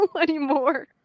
anymore